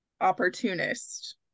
opportunist